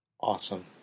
Awesome